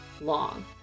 long